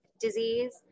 disease